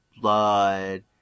blood